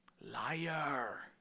Liar